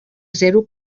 zero